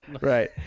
Right